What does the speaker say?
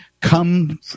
come